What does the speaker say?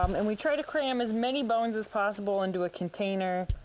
um and we try to cram as many bones as possible into a container,